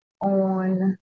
on